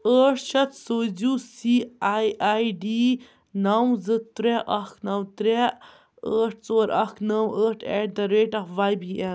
ٲٹھ شَتھ سوٗزیوٗ سی آی آی ڈی نَو زٕ ترٛےٚ اَکھ نَو ترٛےٚ ٲٹھ ژور اَکھ نَو ٲٹھ at the rate of Y B L